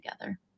together